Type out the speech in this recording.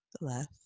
left